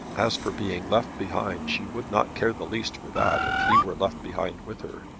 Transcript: as for being left behind she would not care the least for that if he were left behind with her.